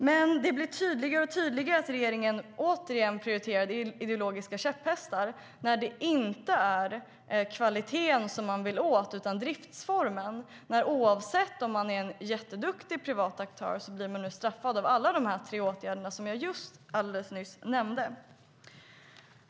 Men det blir tydligare och tydligare att regeringen återigen prioriterar ideologiska käpphästar när det inte är kvaliteten som man vill åt utan driftsformen. Oavsett om det är jätteduktiga privata aktörer blir de straffade av alla de tre åtgärderna som jag nyss nämnde.